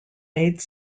made